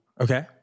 Okay